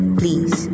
please